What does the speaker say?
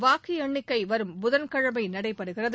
வாக்கு எண்ணிக்கை வரும் புதன்கிழமை நடைபெறுகிறது